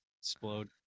explode